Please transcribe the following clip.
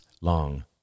long